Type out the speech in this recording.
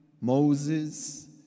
Moses